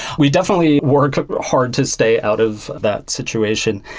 we definitely work hard to stay out of that situation,